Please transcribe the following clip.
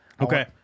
Okay